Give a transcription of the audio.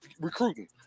recruiting